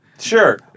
Sure